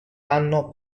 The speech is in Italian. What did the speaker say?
hanno